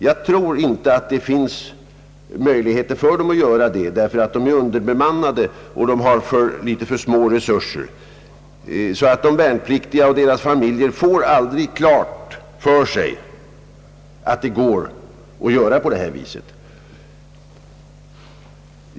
Nu tror jag inte det finns några utsikter för dem att göra det på grund av att staberna är underbemannade och resurserna är otillräckliga, varför det kan inträffa att värnpliktiga och deras familjer aldrig får klart för sig att det går att göra på detta vis.